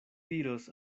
diros